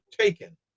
taken